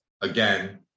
again